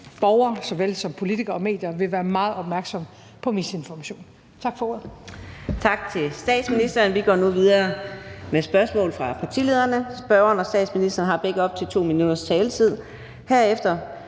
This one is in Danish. borgere såvel som politikere og medier vil være meget opmærksomme på misinformation. Tak for ordet.